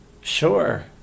Sure